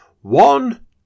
One